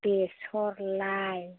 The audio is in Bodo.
बेसर लाइ